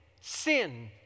sin